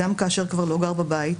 גם כאשר כבר לא גר בבית,